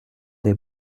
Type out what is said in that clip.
des